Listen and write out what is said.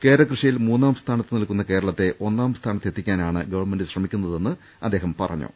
കേര കൃഷിയിൽ മൂന്നാം സ്ഥാനത്ത് നിൽക്കുന്ന കേരളത്തെ ഒന്നാം സ്ഥാന ത്തെത്തിക്കാ നാണ് ഗവൺമെൻ് ശ്രമിക്കുന്നതെന്ന് അദ്ദേഹം അറിയിച്ചു